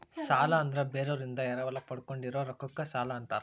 ಸಾಲ ಅಂದ್ರ ಬೇರೋರಿಂದ ಎರವಲ ಪಡ್ಕೊಂಡಿರೋ ರೊಕ್ಕಕ್ಕ ಸಾಲಾ ಅಂತಾರ